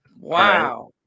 Wow